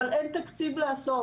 אבל אין תקציב להסעות.